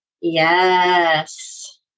yes